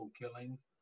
killings